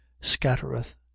scattereth